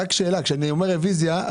רוויזיה.